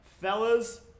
Fellas